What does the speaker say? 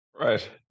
right